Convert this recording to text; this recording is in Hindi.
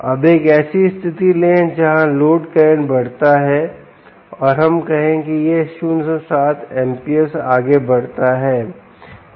अब एक ऐसी स्थिति लें जहां लोड करंट बढ़ता है और हम कहें कि यह 07 amps आगे बढ़ता है